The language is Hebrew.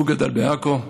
הוא גדל בעכו,